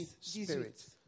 spirit